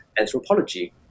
anthropology